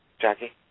Jackie